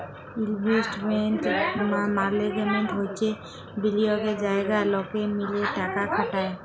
investment management হচ্যে বিলিয়গের জায়গা লকে মিলে টাকা খাটায়